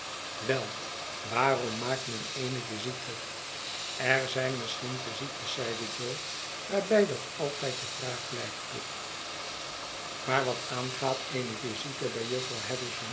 wei waarom maakt men eene visite er zyn misschien visites zeide jo waarbij dat altijd de vraag blijft pip maar wat aangaat eene visite bij j